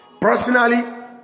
Personally